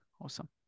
awesome